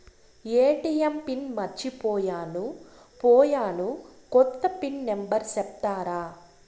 ATM PIN మర్చిపోయాను పోయాను, కొత్త పిన్ నెంబర్ సెప్తారా?